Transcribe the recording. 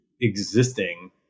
existing